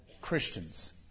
Christians